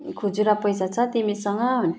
खुजुरा पैसा छ तिमीसँग